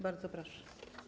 Bardzo proszę.